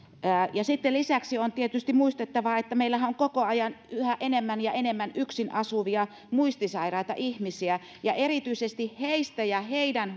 sitten lisäksi on tietysti muistettava että meillähän on koko ajan yhä enemmän ja enemmän yksin asuvia muistisairaita ihmisiä ja erityisesti heistä ja heidän